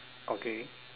okay